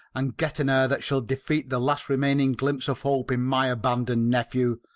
and get an heir that shall defeat the last remaining glimpse of hope in my abandoned nephew.